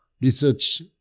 research